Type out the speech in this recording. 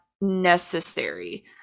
necessary